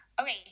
Okay